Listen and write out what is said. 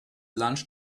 lunch